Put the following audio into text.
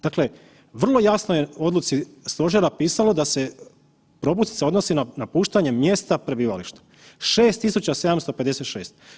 Dakle, vrlo jasno je u odluci stožera pisalo da se propusnica odnosi na napuštanje mjesta prebivališta, 6756.